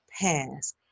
pass